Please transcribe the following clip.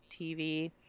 TV